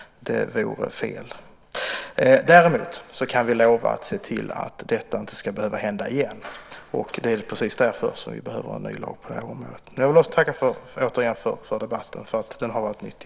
Det vore fel. Däremot kan vi lova att se till att detta inte ska behöva hända igen. Och det är precis därför som vi behöver en ny lag på detta område. Jag vill också återigen tacka för debatten. Den har varit nyttig.